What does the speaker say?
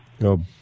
No